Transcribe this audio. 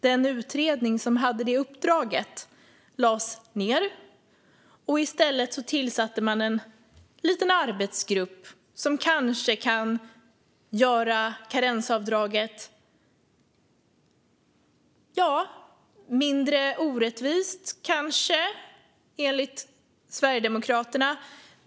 Den utredning som hade uppdraget lades ned, och i stället tillsatte man en liten arbetsgrupp som kanske kan göra karensavdraget mindre orättvist, enligt Sverigedemokraterna.